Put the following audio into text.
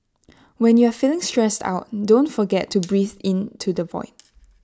when you are feeling stressed out don't forget to breathe into the void